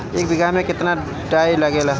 एक बिगहा में केतना डाई लागेला?